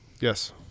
Yes